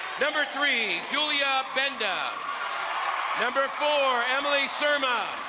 number three, julia benda number four, emily surma.